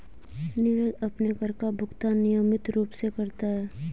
नीरज अपने कर का भुगतान नियमित रूप से करता है